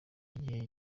gihe